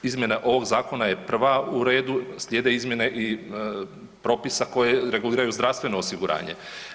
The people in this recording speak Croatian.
Izmjena ovog zakona je prva u redu, slijede izmjene propisa koje reguliraju zdravstveno osiguranje.